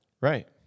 Right